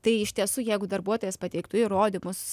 tai iš tiesų jeigu darbuotojas pateiktų įrodymus